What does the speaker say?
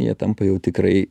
jie tampa jau tikrai